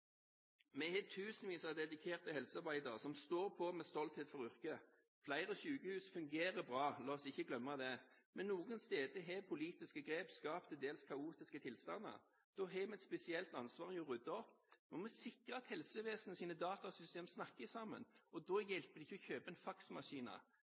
Vi har tusenvis av dedikerte helsearbeidere som står på med stolthet for yrket. Flere sykehus fungerer bra – la oss ikke glemme det. Men noen steder har politiske grep skapt til dels kaotiske tilstander. Da har vi et spesielt ansvar for å rydde opp. Vi må sikre at helsevesenets datasystemer snakker sammen, og da